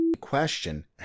question